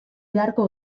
beharko